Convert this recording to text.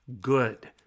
good